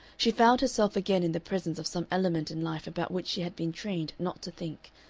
she found herself again in the presence of some element in life about which she had been trained not to think,